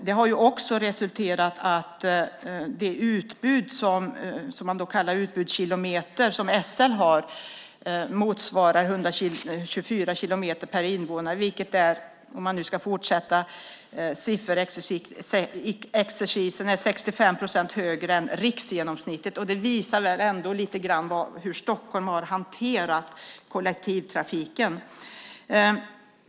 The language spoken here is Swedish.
Det har resulterat i att SL:s utbudskilometer motsvarar 124 kilometer per invånare, vilket - om man ska fortsätta sifferexercisen - är 65 procent högre än riksgenomsnittet. Det visar väl ändå lite grann hur Stockholm har hanterat kollektivtrafiken.